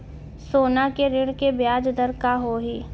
सोना के ऋण के ब्याज दर का होही?